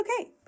okay